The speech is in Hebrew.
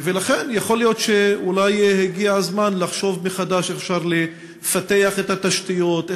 ולכן יכול להיות שהגיע הזמן לחשוב מחדש איך אפשר לפתח את התשתיות,